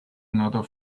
another